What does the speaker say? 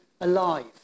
alive